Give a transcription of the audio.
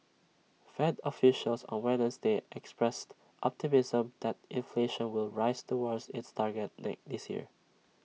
fed officials on Wednesday expressed optimism that inflation will rise toward its target they this year